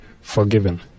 forgiven